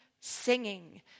singing